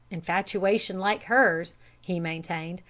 infatuation like hers he maintained,